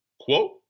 Quote